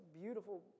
beautiful